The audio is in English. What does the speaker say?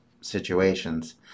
situations